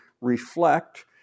reflect